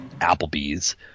applebee's